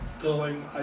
billing